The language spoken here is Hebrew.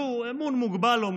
אומנם אמון מוגבל,